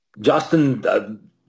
Justin